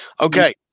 Okay